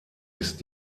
ist